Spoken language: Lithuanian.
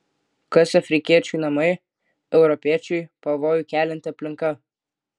kas afrikiečiui namai europiečiui pavojų kelianti aplinka